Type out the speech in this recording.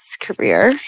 career